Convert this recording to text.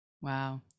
Wow